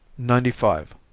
ninety five.